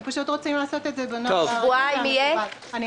אנחנו פשוט רוצים לעשות את זה בנוהל המקובל.